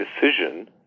decision